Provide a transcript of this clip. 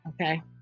Okay